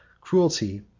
Cruelty